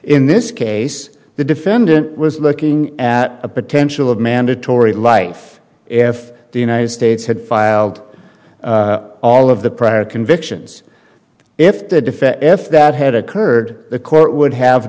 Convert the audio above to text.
in this case the defendant was looking at a potential of mandatory life if the united states had filed all of the prior convictions if the defense if that had occurred the court would have